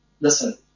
Listen